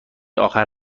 آخر